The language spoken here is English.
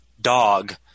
dog